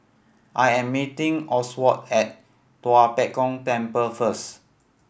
I am meeting Oswald at Tua Pek Kong Temple first